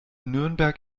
nürnberg